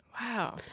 Wow